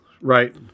right